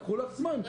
לקחו לך זמן.